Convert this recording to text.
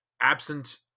absent